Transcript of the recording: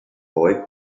boy